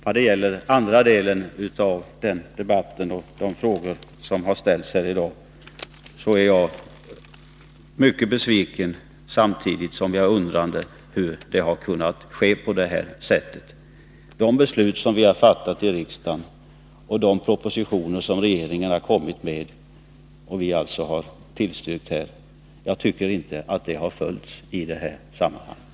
När det gäller de frågor som jag har ställt i den andra delen av denna debatt är jag mycket besviken. Samtidigt undrar jag hur det har kunnat gå till på detta sätt. Jag tycker inte att man i detta sammanhang har följt de beslut som vi i riksdagen har fattat när vi har tillstyrkt de propositioner som regeringen har lagt fram och till dem hörande utskottsbetänkanden.